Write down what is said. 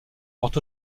porte